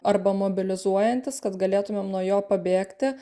arba mobilizuojantis kad galėtumėm nuo jo pabėgti